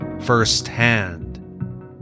firsthand